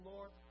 Lord